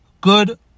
good